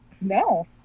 No